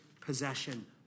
possession